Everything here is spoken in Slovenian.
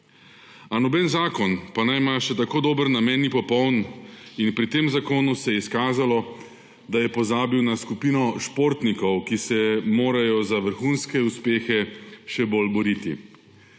A noben zakon, pa naj ima še tako dober namen, ni popoln in pri tem zakonu se je izkazalo, da je pozabil na skupino športnikov, ki se morajo za vrhunske uspehe še bolj boriti,